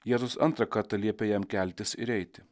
jėzus antrą kartą liepė jam keltis ir eiti